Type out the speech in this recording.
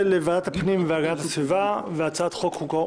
לוועדת הפנים והגנת הסביבה וועדת החוקה,